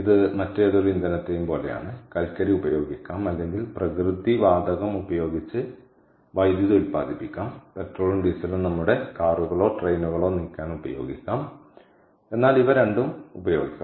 ഇത് മറ്റേതൊരു ഇന്ധനത്തെയും പോലെയാണ് കൽക്കരി ഉപയോഗിക്കാം അല്ലെങ്കിൽ പ്രകൃതി വാതകം ഉപയോഗിച്ച് വൈദ്യുതി ഉൽപ്പാദിപ്പിക്കാം പെട്രോളും ഡീസലും നമ്മുടെ കാറുകളോ ട്രെയിനുകളോ നീക്കാൻ ഉപയോഗിക്കാം എന്നാൽ ഇവ രണ്ടും ഉപയോഗിക്കാം